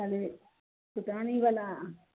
खाली फूटानी बला